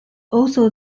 also